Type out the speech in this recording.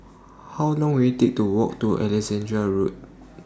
How Long Will IT Take to Walk to Alexandra Road